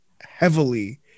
heavily